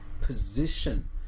position